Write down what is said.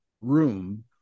room